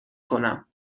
کنم